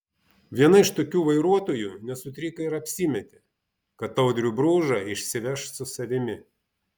viena iš tokių vairuotojų nesutriko ir apsimetė kad audrių bružą išsiveš su savimi